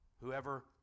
whoever